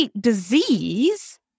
disease